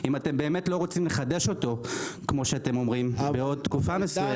אם אתם באמת לא רוצים לחדש אותו כמו שאתם אומרים בעוד תקופה מסוימת.